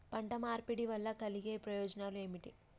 పంట మార్పిడి వల్ల కలిగే ప్రయోజనాలు ఏమిటి?